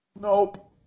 Nope